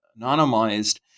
anonymized